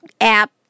app